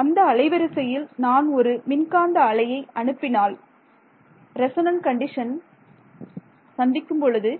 அந்த அலைவரிசையில் நான் ஒரு மின்காந்த அலையை அனுப்பினால் ரெசோனண்ட் கண்டிஷனை சந்திக்கும் பொழுது